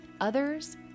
others